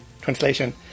translation